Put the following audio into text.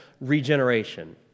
regeneration